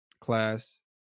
class